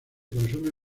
consume